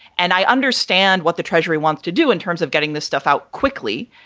and i understand what the treasury wants to do in terms of getting this stuff out quickly.